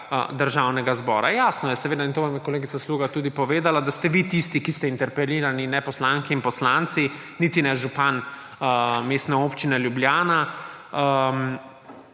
Državnega zbora. Jasno je seveda, in to vam je kolegica Sluga tudi povedala, da ste vi tisti, ki ste interpelirani, ne poslanke in poslanci, niti ne župam Mestne občine Ljubljana.